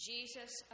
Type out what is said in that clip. Jesus